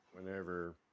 whenever